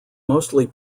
mostly